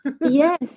yes